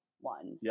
one